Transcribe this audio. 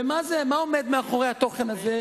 מה עומד מאחורי התוכן הזה?